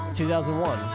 2001